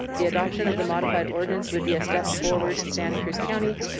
the adoption of the modified ordinance would be a step forward in santa cruz county,